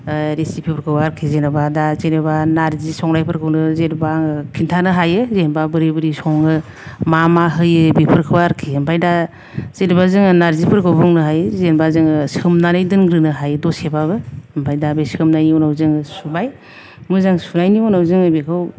रेसिपिफोरखौ आरोखि जेन'बा दा जेन'बा नार्जि संनायफोरखौनो जेन'बा आङो खिन्थानो हायो जेन'बा बोरै बोरै सङो मा मा होयो बेफोरखौ आरोखि ओमफ्राय दा जेन'बा जोङो नार्जिफोरखौ बुंनो हायो जेन'बा जोङो सोमनानै दोनग्रोनो हायो दसेबाबो ओमफ्राय दा बे सोमनायनि उनाव जों सुबाय मोजां सुनायनि उनाव जोङो बेखौ